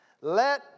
let